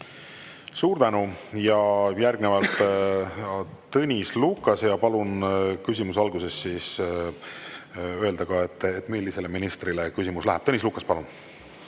Suur tänu! Järgnevalt Tõnis Lukas. Palun küsimuse alguses öelda ka, millisele ministrile küsimus läheb. Tõnis Lukas, palun!